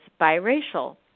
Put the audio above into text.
biracial